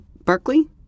Berkeley